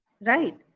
right